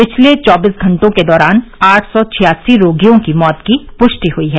पिछले चौबीस घंटों के दौरान आठ सौ छियासी रोगियों की मौत की पुष्टि हुई है